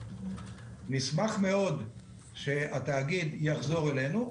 נשמח מאוד שהתאגיד יחזור אלינו,